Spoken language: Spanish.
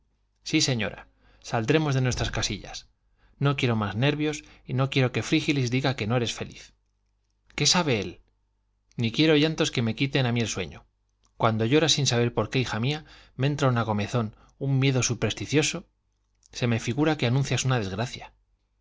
sí señora saldremos de nuestras casillas no quiero más nervios no quiero que frígilis diga que no eres feliz qué sabe él ni quiero llantos que me quitan a mí el sueño cuando lloras sin saber por qué hija mía me entra una comezón un miedo supersticioso se me figura que anuncias una desgracia